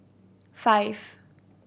five